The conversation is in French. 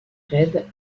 raides